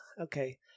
okay